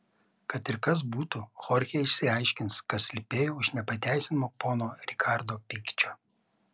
kad ir kas būtų chorchė išsiaiškins kas slypėjo už nepateisinamo pono rikardo pykčio